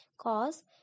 Cause